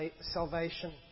salvation